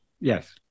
Yes